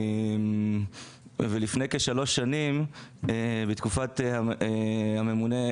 ולפני כשלוש שנים בתקופת הממונה,